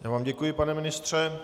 Já vám děkuji, pane ministře.